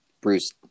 Bruce